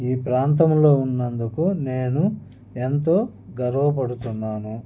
ఈ ప్రాంతంలో ఉన్నందుకు నేను ఎంతో గర్వపడుతున్నాను